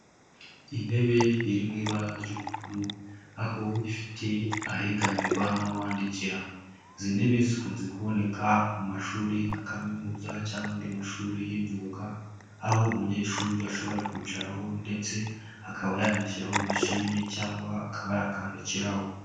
Intebe iri mu ibara ry'ubururu, aho ifite ahegamirwa n'aho bandikira. Izi ntebe zikunze kuboneka mu mashuri nka kaminuza cyangwa andi mashuri y'imyuga, aho umunyeshuri ashobora kwicaraho ndetse akaba yanashyiraho mashini cyangwa akaba yakwandikiraho.